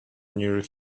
near